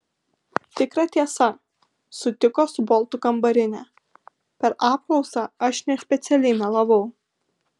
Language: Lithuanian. tikra tiesa sutiko su boltu kambarinė per apklausą aš nespecialiai melavau